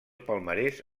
palmarès